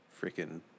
freaking